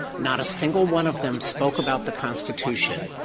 not a single one of them spoke about the constitution.